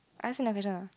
I ask another question ah